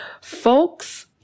folks